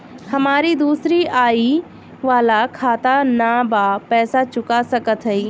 हमारी दूसरी आई वाला खाता ना बा पैसा चुका सकत हई?